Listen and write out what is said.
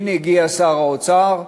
הנה הגיע שר האוצר.